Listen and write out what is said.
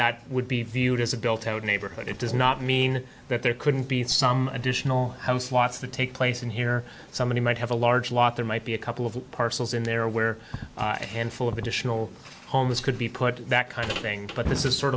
that would be viewed as a built out neighborhood it does not mean that there couldn't be some additional slots to take place in here somebody might have a large lot there might be a couple of parcels in there where handful of additional homes could be put that kind of thing but this is sort